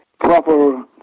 proper